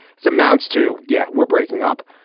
surmounts to get. we're breaking up.